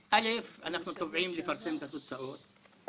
א', אנחנו תובעים לפרסם את התוצאות.